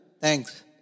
Thanks